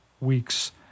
weeks